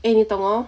eh 你懂 orh